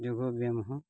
ᱡᱳᱜᱽ ᱵᱮᱭᱟᱢ ᱦᱚᱸ